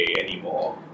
anymore